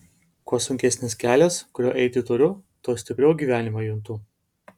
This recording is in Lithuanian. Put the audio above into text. kuo sunkesnis kelias kuriuo eiti turiu tuo stipriau gyvenimą juntu